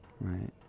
right